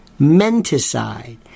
menticide